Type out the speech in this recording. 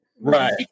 Right